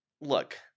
Look